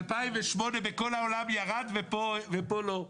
ב-2018 בכל העולם ירד ופה לא.